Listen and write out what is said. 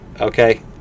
okay